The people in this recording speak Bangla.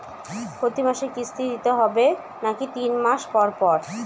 প্রতিমাসে কিস্তি দিতে হবে নাকি তিন মাস পর পর?